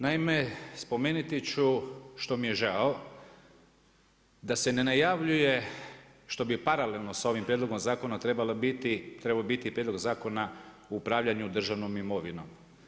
Naime, spomeniti ću, što mi je žao da se ne najavljuje što bi paralelno s ovim prijedlogom zakona trebao biti Prijedlog zakona o upravljanju državnom imovinom.